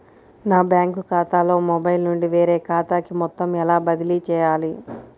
నా బ్యాంక్ ఖాతాలో మొబైల్ నుండి వేరే ఖాతాకి మొత్తం ఎలా బదిలీ చేయాలి?